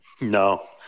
no